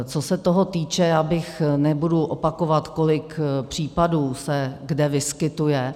Co se toho týče, nebudu opakovat, kolik případů se kde vyskytuje.